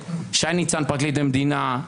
שי ניצן פרקליט המדינה,